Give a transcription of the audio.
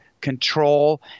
control